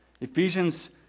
Ephesians